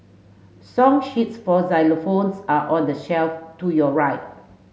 song sheets for xylophones are on the shelf to your right